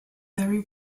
very